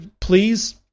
please